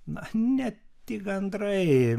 na ne tik gandrai